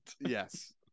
Yes